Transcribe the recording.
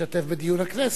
להשתתף בדיון הכנסת.